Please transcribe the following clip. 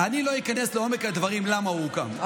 אני לא איכנס לעומק הדברים למה הוא הוקם,